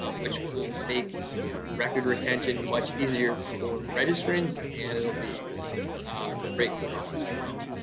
ah which will make record retention much easier for registrants and it will be great for us as well.